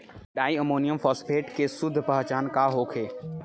Di ammonium phosphate के शुद्ध पहचान का होखे?